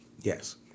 Yes